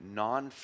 non